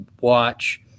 watch